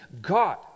God